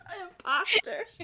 Imposter